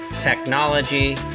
technology